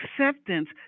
acceptance